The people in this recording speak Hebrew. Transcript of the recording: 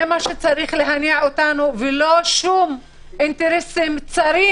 זה מה שצריך להניע אותנו ולא שום אינטרסים צרים,